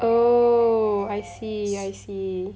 oh I see I see